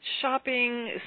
shopping